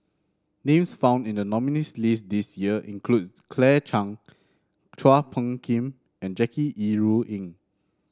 names found in the nominees list this year include Claire Chiang Chua Phung Kim and Jackie Yi Ru Ying